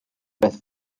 beth